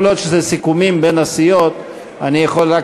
כל עוד אלה סיכומים בין הסיעות אני יכול רק